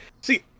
See